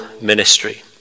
ministry